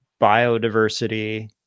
Biodiversity